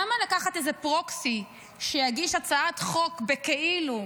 למה לקחת איזה פרוקסי שיגיש הצעת חוק בכאילו,